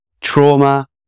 trauma